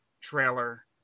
trailer